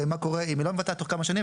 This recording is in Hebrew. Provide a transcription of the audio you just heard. ומה קורה אם היא לא מבצעת תוך כמה שנים